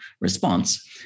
response